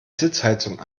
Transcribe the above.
sitzheizung